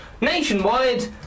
Nationwide